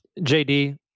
JD